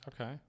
Okay